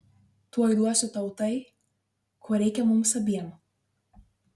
tuoj duosiu tau tai ko reikia mums abiem